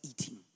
eating